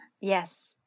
Yes